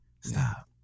stop